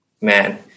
man